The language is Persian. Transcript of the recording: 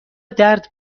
درد